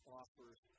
offers